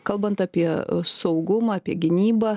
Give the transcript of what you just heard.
kalbant apie saugumą apie gynybą